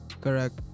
Correct